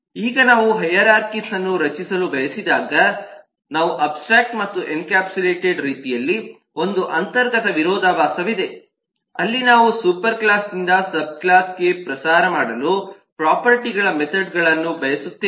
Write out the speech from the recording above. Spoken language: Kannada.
ಈಗ ನಾವು ಹೈರಾರ್ಖೀಸ್ಅನ್ನು ರಚಿಸಲು ಬಯಸಿದಾಗ ನಾವು ಅಬ್ಸ್ಟ್ರ್ಯಾಕ್ಟ್ ಮತ್ತು ಎನ್ಕ್ಯಾಪ್ಸುಲೇಟೆಡ್ ರೀತಿಯಲ್ಲಿ ಒಂದು ಅಂತರ್ಗತ ವಿರೋಧಾಭಾಸವಿದೆ ಅಲ್ಲಿ ನಾವು ಸೂಪರ್ಕ್ಲಾಸ್ನಿಂದ ಸಬ್ ಕ್ಲಾಸ್ಗೆ ಪ್ರಸಾರ ಮಾಡಲು ಪ್ರೊಫರ್ಟಿಗಳ ಮೆಥೆಡ್ಗಳನ್ನು ಬಯಸುತ್ತೇವೆ